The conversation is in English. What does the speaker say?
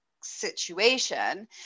situation